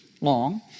long